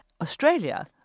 Australia